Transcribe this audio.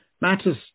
Matters